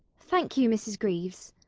thank you, mrs. greaves.